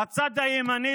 לצד הימני,